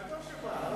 אבל טוב שהוא בא.